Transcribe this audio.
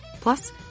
Plus